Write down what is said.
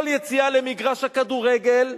כל יציאה למגרש הכדורגל,